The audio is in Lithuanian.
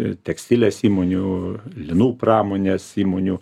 ir tekstilės įmonių linų pramonės įmonių